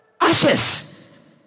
ashes